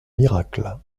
miracles